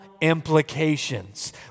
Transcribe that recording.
implications